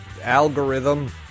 algorithm